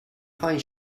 خاین